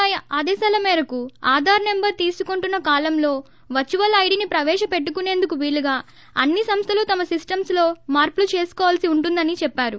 I ఆదేశాల మేరకు Aadhaar number తీసుకుంటున్న కాలమ్లో వర్సువల్ ఐడీని ప్రవేశపెట్లుకునేందుకు వీలుగా అన్ని సంస్థలు తమ సీస్టమ్స్లో మార్పులు చేసుకోవాల్సి ఉంటుందని చెప్పారు